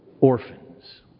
orphans